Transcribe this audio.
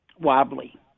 wobbly